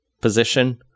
position